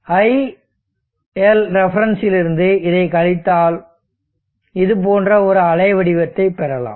iLrefலிருந்து இதைக் கழித்தால் இது போன்ற ஒரு அலைவடிவத்தை பெறலாம்